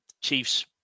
Chiefs